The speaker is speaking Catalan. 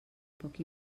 poc